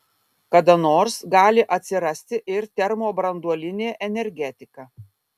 kada nors gali atsirasti ir termobranduolinė energetika